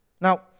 Now